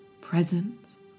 presence